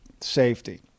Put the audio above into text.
safety